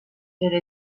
pero